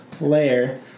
layer